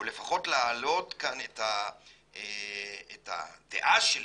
או לפחות להעלות כאן את הדעה שלי,